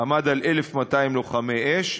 עמד על 1,200 לוחמי אש,